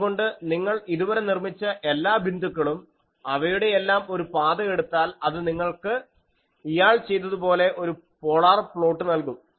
അതുകൊണ്ട് നിങ്ങൾ ഇതുവരെ നിർമ്മിച്ച എല്ലാ ബിന്ദുക്കളും അവയുടെയെല്ലാം ഒരു പാത എടുത്താൽ അത് നിങ്ങൾക്ക് ഇയാൾ ചെയ്തതുപോലെ ഒരു പോളാർ പ്ലോട്ട് നൽകും